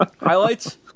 Highlights